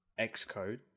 xcode